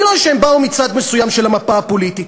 כי הם באו מצד מסוים של המפה הפוליטית.